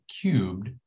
cubed